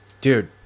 Dude